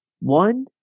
One